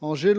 ce gel